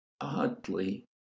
oddly